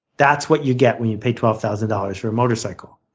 that's what you get when you pay twelve thousand dollars for a motorcycle.